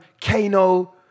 Kano